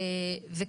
וכן,